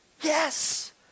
Yes